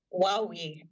Wowie